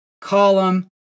column